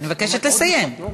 אני מבקשת לסיים.